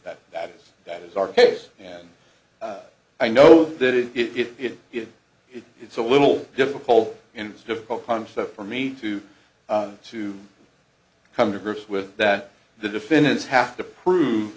that that is that is our case and i know that if it did it it's a little difficult and it's difficult concept for me to to come to grips with that the defendants have to prove